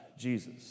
jesus